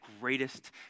greatest